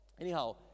anyhow